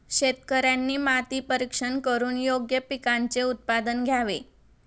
शेतकऱ्यांनी माती परीक्षण करून योग्य पिकांचे उत्पादन घ्यावे